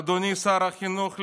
אדוני שר החינוך,